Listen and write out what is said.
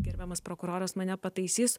gerbiamas prokuroras mane pataisys